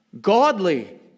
godly